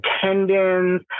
tendons